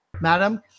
madam